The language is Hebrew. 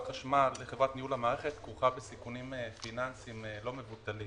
החשמל לחברת ניהול המערכת כרוכה בסיכונים פיננסיים לא מבוטלים